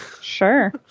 sure